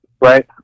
Right